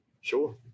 Sure